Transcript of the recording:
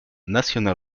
national